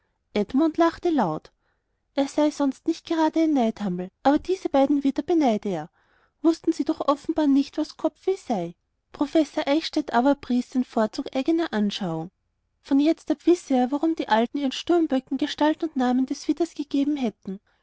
edmund lachte laut er sei sonst nicht gerade ein neidhammel aber diese beiden widder beneide er wußten sie doch offenbar nicht was kopfweh sei professor eichstädt aber pries den vorzug eigener anschauung von jetzt ab wisse er warum die alten ihren sturmböcken gestalt und namen des widders gegeben hätten